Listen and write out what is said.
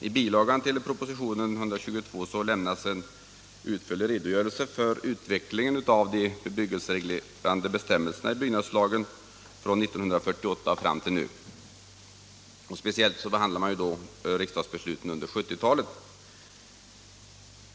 I bilagan till propositionen 122 lämnas en utförlig redogörelse för utvecklingen av de bebyggelsereglerande bestämmelserna i byggnadslagen från 1948 och fram till nu. Speciellt behandlar man riksdagsbeslutet under 1970-talei.